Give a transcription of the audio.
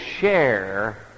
share